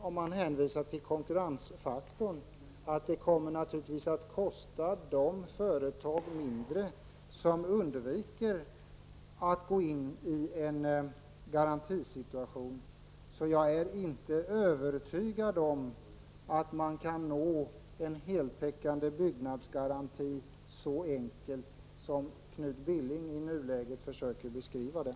Om man hänvisar till konkurrensfaktorn, Knut Billing, kommer det naturligtvis att kosta de företag mindre som undviker att gå in i en garantisituation. Jag är inte övertygad om att man kan nå en heltäckande byggnadsgaranti så enkelt som Knut Billing i nuläget försöker framställa det.